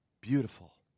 beautiful